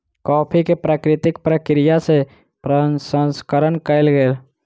coffee के प्राकृतिक प्रक्रिया सँ प्रसंस्करण कयल गेल